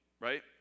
right